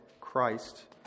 Christ